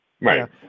Right